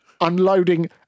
unloading